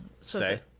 Stay